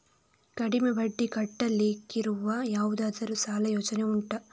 ಕಡಿಮೆ ಬಡ್ಡಿ ಕಟ್ಟಲಿಕ್ಕಿರುವ ಯಾವುದಾದರೂ ಸಾಲ ಯೋಜನೆ ಉಂಟಾ